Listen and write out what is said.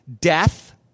death